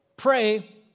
Pray